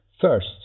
first